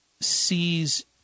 sees